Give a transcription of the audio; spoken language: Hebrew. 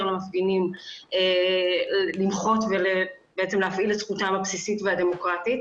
למפגינים למחות ולהפעיל את זכותם הבסיסית והדמוקרטית,